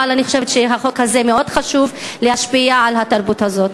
אבל אני חושבת שהחוק הזה מאוד חשוב כדי להשפיע על התרבות הזאת.